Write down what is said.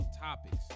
topics